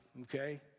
okay